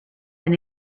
been